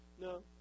No